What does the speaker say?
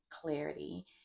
clarity